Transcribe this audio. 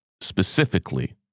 specifically